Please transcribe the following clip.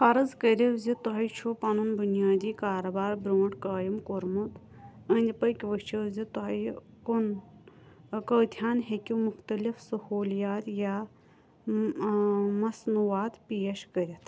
فَرٕض کٔرِیو زِ توہہِ چھو پَنُن بُنیٲدی کارٕبار بروٗنٹھ قٲیِم كورمٗت أنٛدِۍ پٔكۍ وِچِھو زِ تُۄہہِ کُن کۭتِہَن ہٮ۪کِو مُختٕلِف سٔہوٗلِیَات یا مَصنوٗعات پیش کٔرِتھ